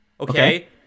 okay